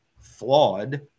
flawed